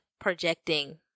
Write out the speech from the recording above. projecting